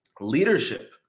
leadership